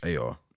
AR